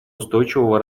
устойчивого